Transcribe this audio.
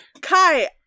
Kai